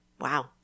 Wow